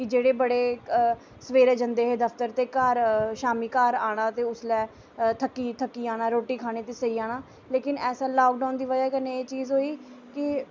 कि जेह्ड़े बड़े सवेरे जंदे हे दफ्तर ते घर शामीं घार आना ते उसलै थक्की थक्की जाना रोटी खानी ते सेई जाना लेकिन ऐसा लाकडाउन दी बजह कन्नै एह् चीज होई कि